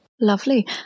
lovely